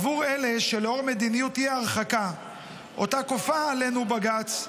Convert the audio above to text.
עבור אלה שלאור מדיניות האי-הרחקה שאותה כופה עלינו בג"ץ,